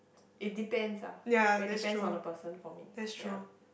it depends ah it depends on the person for me ya